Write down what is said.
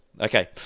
Okay